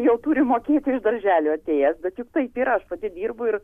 jau turi mokėt iš darželio atėjęs bet juk taip yra aš pati dirbu ir